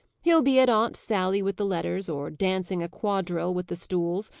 he'll be at aunt sally with the letters, or dancing a quadrille with the stools,